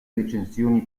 recensioni